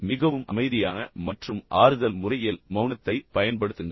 மிகவும் அமைதியான மற்றும் ஆறுதல் முறையில் மௌனத்தை பயன்படுத்துங்கள்